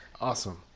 awesome